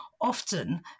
often